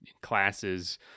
classes